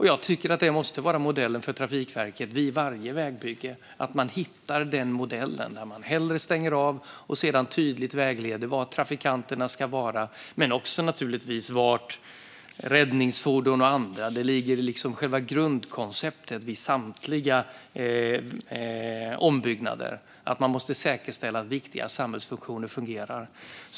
Jag tycker att det måste vara modellen för Trafikverket vid varje vägbygge att man hittar ett system där man hellre stänger av och sedan tydligt vägleder trafikanterna och talar om var de ska vara. Det handlar naturligtvis även om var räddningsfordon och andra ska vara; det ligger liksom i själva grundkonceptet vid samtliga ombyggnader att man måste säkerställa viktiga samhällsfunktioner.